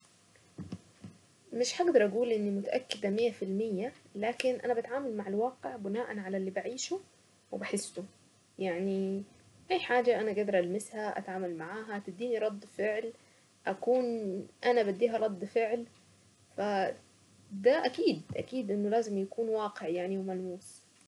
مش هقدر اقول اني متأكدة مئة في المئة لكن انا بتعامل مع الواقع بناء على اللي بعيشه وبحسه يعني اي حاجة انا قادرة المسها اتعامل معاها تديني رد فعل اكون انا بديها رد فعل ف ده اكيد اكيد انه لازم يكون واقع وملموس.